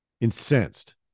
incensed